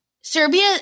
Serbia